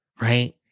Right